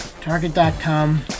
target.com